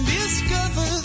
discover